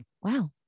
wow